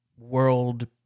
world